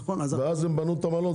ואז הם בנו את המלון,